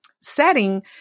setting